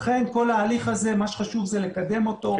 לכן כל ההליך הזה, מה שחשוב זה לקדם אותו.